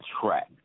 track